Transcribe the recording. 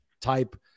type